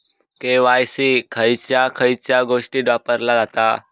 KYC खयच्या खयच्या गोष्टीत वापरला जाता?